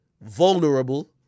vulnerable